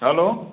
hello